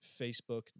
facebook